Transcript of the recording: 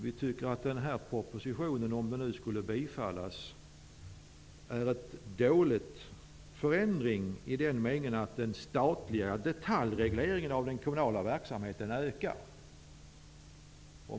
Vi tycker också att propositionen, om den nu skulle bifallas, innebär en dålig förändring i den meningen att den statliga detlajregleringen av den kommunala verksamheten ökar.